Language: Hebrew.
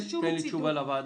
תן תשובה כתובה לוועדה.